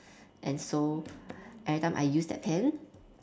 and so every time I use that pen